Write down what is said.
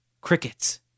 Crickets